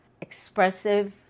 expressive